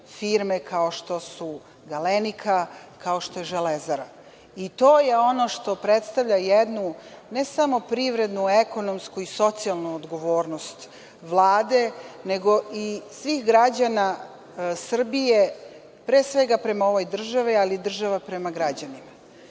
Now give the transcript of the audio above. firme kao što su „Galenika“, kao što je „Železara“ i to je ono što predstavlja jednu ne samo privrednu, ekonomsku i socijalnu odgovornost Vlade, nego i svih građana Srbije, pre svega, prema ovoj državi, ali i država prema građanima.